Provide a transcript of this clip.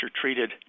treated